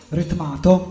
ritmato